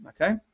okay